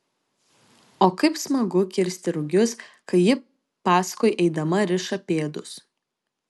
o kaip smagu kirsti rugius kai ji paskui eidama riša pėdus